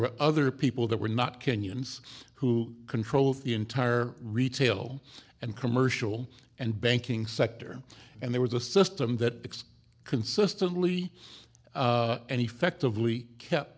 were other people that were not kenyans who controls the entire retail and commercial and banking sector and there was a system that consistently and effectively kept